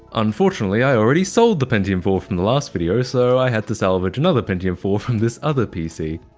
unfortunately, i already sold the pentium four from the last video, so i had to salvage another pentium four from this other pc.